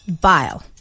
bile